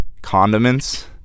condiments